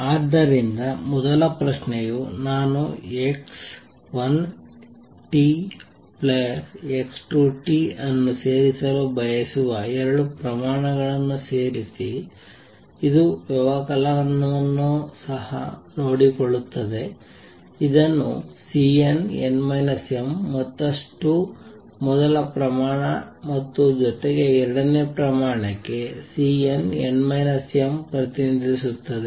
ಆದ್ದರಿಂದ ಮೊದಲ ಪ್ರಶ್ನೆಯು ನಾನು x1 x2 ಅನ್ನು ಸೇರಿಸಲು ಬಯಸುವ ಎರಡು ಪ್ರಮಾಣಗಳನ್ನು ಸೇರಿಸಿ ಇದು ವ್ಯವಕಲನವನ್ನು ಸಹ ನೋಡಿಕೊಳ್ಳುತ್ತದೆ ಇದನ್ನು Cnn m ಮತ್ತಷ್ಟು ಮೊದಲ ಪ್ರಮಾಣ ಮತ್ತು ಜೊತೆಗೆ ಎರಡನೇ ಪ್ರಮಾಣಕ್ಕೆ Cnn m ಪ್ರತಿನಿಧಿಸುತ್ತದೆ